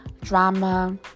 drama